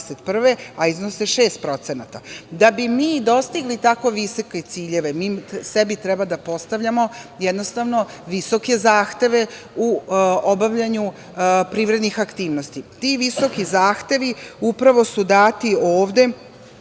a iznose 6%.Da bi mi dostigli tako visoke ciljeve, mi sebi treba da postavljamo, jednostavno, visoke zahteve u obavljanju privrednih aktivnosti. Ti visoki zahtevi upravo su dati ovde